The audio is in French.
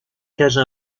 cages